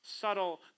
subtle